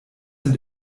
sind